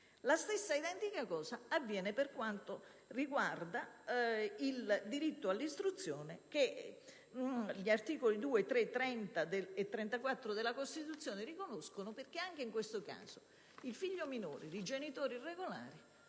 La stessa identica cosa avviene per quanto riguarda il diritto all'istruzione, che gli articoli 2, 3, 30 e 34 della Costituzione riconoscono, perché anche in questo caso il figlio minore di genitori irregolari